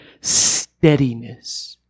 steadiness